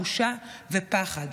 בושה ופחד.